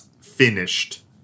finished